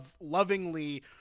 lovingly